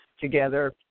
together